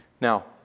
Now